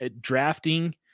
drafting